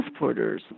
transporters